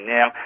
Now